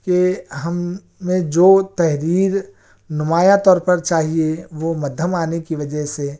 کہ ہم میں جو تحریر نمایاں طور پر چاہیے وہ مدھم آنے کی وجہ سے